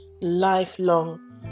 Lifelong